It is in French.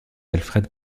alfred